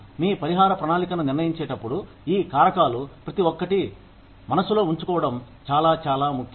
మీ పరిహార ప్రణాళికను నిర్ణయించేటప్పుడు ఈ కారకాలు ప్రతి ఒక్కటి మనసులో ఉంచుకోవడం చాలా చాలా ముఖ్యం